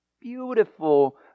beautiful